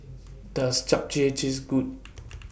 Does Japchae Taste Good